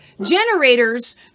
generators